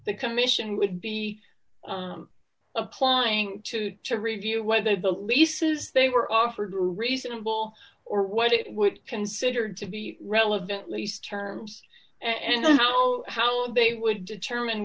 the commission would be applying to to review whether the leases they were offered reasonable or what it would be considered to be relevant lease terms and how how they would determine